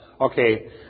Okay